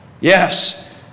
Yes